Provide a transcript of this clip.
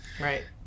Right